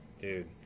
Dude